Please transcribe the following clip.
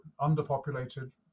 underpopulated